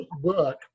book